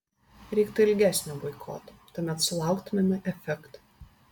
reiktų ilgesnio boikoto tuomet sulauktumėme efekto